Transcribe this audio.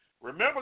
Remember